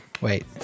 Wait